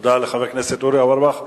תודה לחבר הכנסת אורי אורבך.